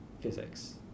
physics